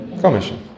Commission